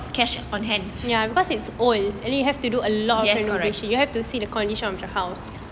cash on hand yes correct